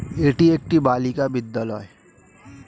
এটি একটি বালিকা বিদ্যালয়